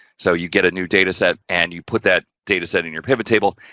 so you get a new data set and you put that data set in your pivot table.